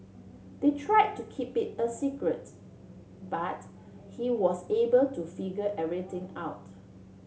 they try to keep it a secret but he was able to figure everything out